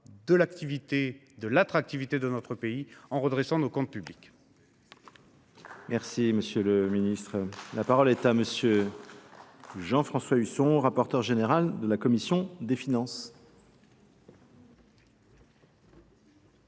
de l’attractivité, tout en redressant nos comptes publics.